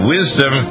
Wisdom